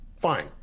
fine